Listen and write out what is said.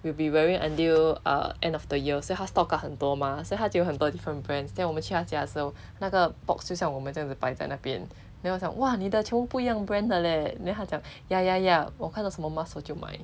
will be wearing until uh end of the year 所以他 stock 到很多很多 mah 所以他就很多 different brands then 我们去他家的时候是那个 box 就像我们这样字摆在那边我讲 !wah! 你的全部不一样 brand 的 leh then 他讲 ya ya ya 我看到什么 mask 我就买